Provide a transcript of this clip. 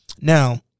now